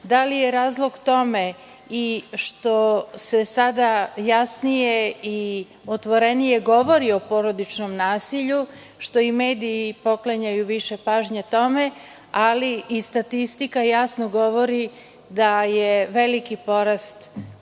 Da li je razlog tome i što se sada jasnije i otvorenije govori o porodičnom nasilju, što i mediji poklanjaju više pažnje tome, ali i statistika jasno govori da je veliki porast ove